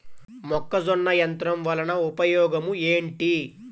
మొక్కజొన్న యంత్రం వలన ఉపయోగము ఏంటి?